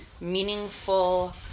meaningful